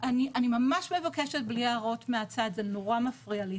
אני ממש מבקשת בלי הערות מהצד, זה נורא מפריע לי.